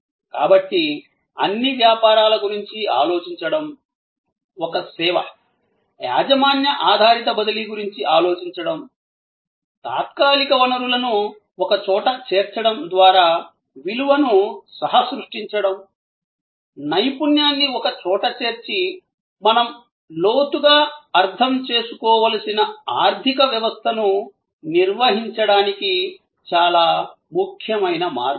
కాబట్టి అన్ని వ్యాపారాల గురించి ఆలోచించడం ఒక సేవ యాజమాన్య ఆధారిత బదిలీ గురించి ఆలోచించడం తాత్కాలిక వనరులను ఒకచోట చేర్చడం ద్వారా విలువను సహ సృష్టించడం నైపుణ్యాన్ని ఒకచోట చేర్చి మనం లోతుగా అర్థం చేసుకోవలసిన ఆర్థిక వ్యవస్థను నిర్వహించడానికి చాలా ముఖ్యమైన మార్గం